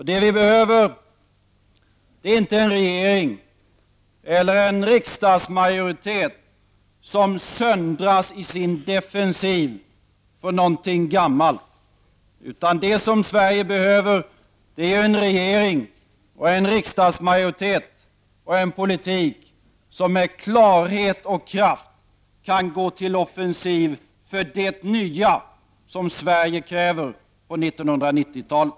Det vi behöver är inte en regering eller en riksdagsmajoritet som söndras i sin defensiv till stöd för någonting gammalt, utan det som Sverige behöver är en regering och en riksdagsmajoritet och en politik som med klarhet och kraft kan gå till offensiv för det nya som Sverige kräver på 1990-talet.